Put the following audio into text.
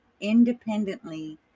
independently